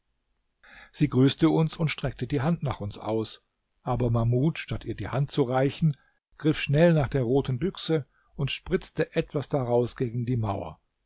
sie grüßte uns und streckte die hand nach uns aus aber mahmud statt ihr die hand zu reichen griff schnell nach der roten büchse und spritzte etwas daraus gegen die mauer